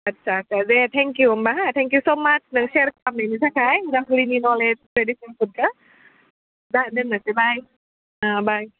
आदसा आदसा दे थेंक इउ होमब्ला हो थेंक इउ स मास नों शेर खालामनायनि थाखाय उदालगुरिनि नलेज ट्रेडिसिनेल फुड जाहा दोननोसै बाय बाय